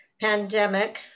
Pandemic